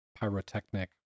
pyrotechnic